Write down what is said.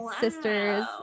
sister's